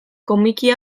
komiki